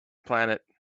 planet